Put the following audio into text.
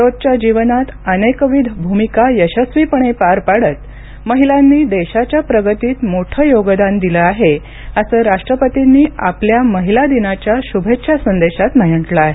रोजच्या जीवनात अनेकविध भूमिका यशस्वीपणे पार पाडत महिलांनी देशाच्या प्रगतीत मोठं योगदान दिलं आहे असं राष्ट्रपर्तीनी आपल्या महिला दिनाच्या शुभेच्छा संदेशात म्हटलं आहे